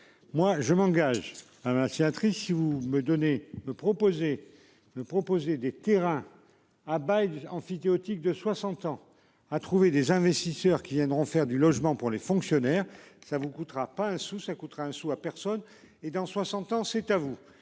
Moi je m'engage à maintien. Si vous me donnez me proposer le proposer des terrains à bail emphytéotique de 60 ans a trouvé des investisseurs qui viendront faire du logement pour les fonctionnaires ça vous coûtera pas un sou, ça coûtera un sou à personne et dans 60 ans c'est à vous.